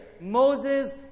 Moses